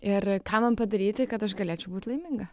ir ką man padaryti kad aš galėčiau būt laiminga